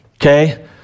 Okay